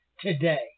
today